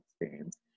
experience